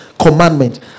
Commandment